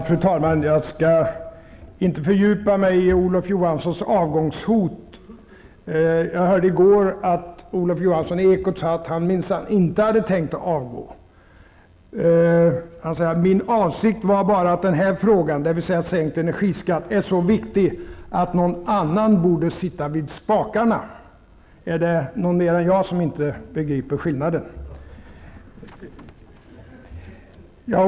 Fru talman! Jag skall inte fördjupa mig i Olof Johanssons avgångshot. Jag hörde i går i Ekot att Olof Johansson sade att han minsann inte hade tänkt att avgå. Han sade att hans avsikt bara var att säga att den här frågan, dvs. sänkt energiskatt, är så viktig att någon annan borde sitta vid spakarna. Är det någon mer än jag som inte begriper skillnaden?